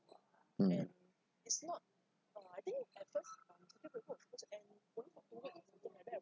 mm